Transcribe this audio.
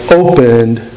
opened